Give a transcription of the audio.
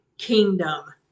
Kingdom